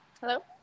Hello